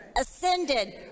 ascended